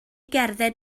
gerdded